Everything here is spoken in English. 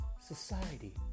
society